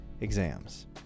exams